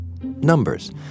numbers